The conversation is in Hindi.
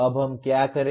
अब हम क्या करें